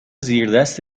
زیردست